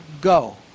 go